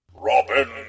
Robin